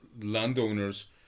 landowners